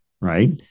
Right